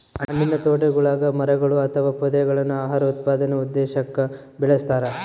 ಹಣ್ಣಿನತೋಟಗುಳಗ ಮರಗಳು ಅಥವಾ ಪೊದೆಗಳನ್ನು ಆಹಾರ ಉತ್ಪಾದನೆ ಉದ್ದೇಶಕ್ಕ ಬೆಳಸ್ತರ